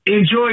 enjoy